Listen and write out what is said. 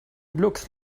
looks